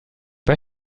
pas